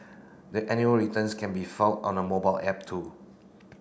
the annual returns can be filed on the mobile app too